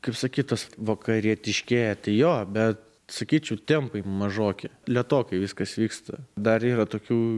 kaip sakyt tas vakarietiškėja tai jo bet sakyčiau tempai mažoki lėtokai viskas vyksta dar yra tokių